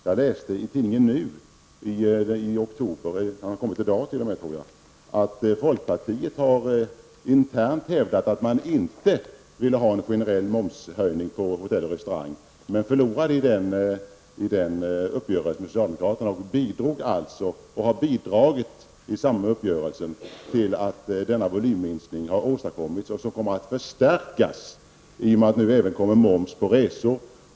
Jag läste i tidningen Nu, det nummer som utkommit i dag, att folkpartiet internt hävdar att man inte ville ha en generell momshöjning för hotell och restaurangverksamheten men förlorade i den uppgörelsen med socialdemokraterna. Folkpartiet bidrog alltså i denna uppgörelse till att denna volymminskning åstadkoms. Den kommer att förstärkas genom att det nu blir moms även på resor.